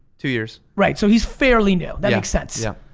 two years. right so he's fairly new, that makes sense. yeah,